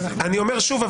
אני אומר שוב,